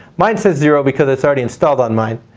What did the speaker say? mine says zero because it's already installed on mine.